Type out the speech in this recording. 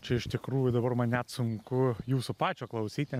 čia iš tikrųjų dabar man net sunku jūsų pačio klausyti